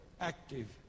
active